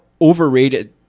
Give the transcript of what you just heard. overrated